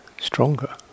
stronger